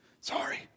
Sorry